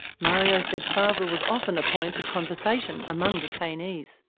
mario said fazel was often a point of conversation among detainees.